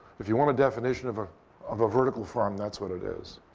if you want a definition of ah of a vertical farm, that's what it is.